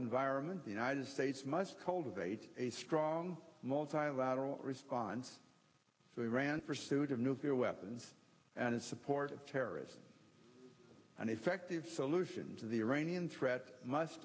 environment the united states must cultivate a strong multilateral response so we ran for suit of nuclear weapons and support of terrorism and effective solutions to the iranian threat must